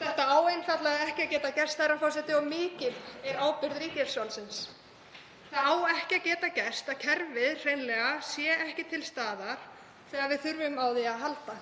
Þetta á einfaldlega ekki að geta gerst, herra forseti, og mikil er ábyrgð ríkisvaldsins. Það á ekki að geta gerst að kerfið sé ekki til staðar þegar við þurfum á því að halda.